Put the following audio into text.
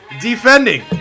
defending